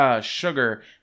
Sugar